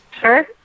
Sure